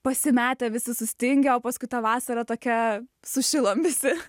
pasimetę visi sustingę o paskui ta vasara tokia sušilom visi